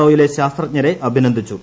O യിലെ ശാസ്ത്രജ്ഞരെ അഭിനന്ദിച്ചു